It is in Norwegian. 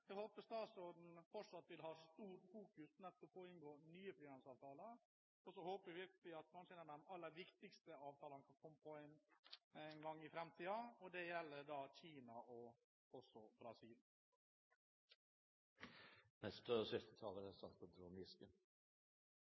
Jeg håper statsråden fortsatt vil ha stort fokus på å inngå nye frihandelsavtaler. Så håper jeg virkelig at noen av de aller viktigste avtalene kan komme en gang i framtiden – det gjelder Kina og også Brasil. Frihandelsavtalen mellom EFTA-statene og Ukraina er